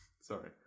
Sorry